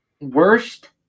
Worst